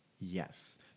Yes